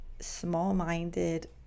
small-minded